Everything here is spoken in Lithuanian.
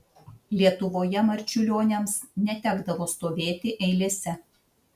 lietuvoje marčiulioniams netekdavo stovėti eilėse